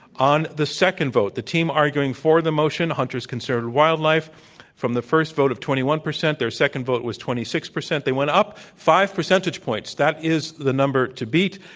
on the second vote, the team arguing for the motion hunters conserve wildlife from the first vote of twenty one percent their second vote was twenty six percent. they went up five percentage points. that is the number to beat.